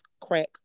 crack